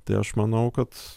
tai aš manau kad